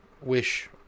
wish